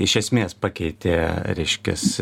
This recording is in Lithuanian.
iš esmės pakeitė reiškias